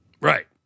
Right